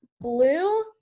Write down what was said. blue